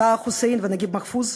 טהה חוסיין ונגיב מחפוז,